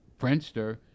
Friendster